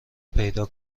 پیدا